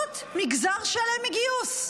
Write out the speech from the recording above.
השתמטות מגזר שלם מגיוס.